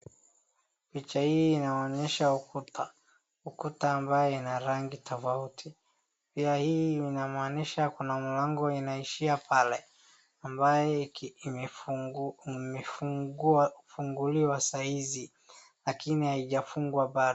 Picha hii inaonyesha ukuta. Ukuta ambaye ina rangi tofauti. Pia hii inamaanisha kuna mlango inaishia pale ambaye imefunguliwa saa hizi lakini haijafungwa bado.